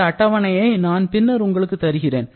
இந்த அட்டவணையை நான் பின்னர் உங்களுக்கு தருகிறேன்